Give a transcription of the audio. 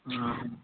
ହଁ